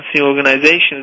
organizations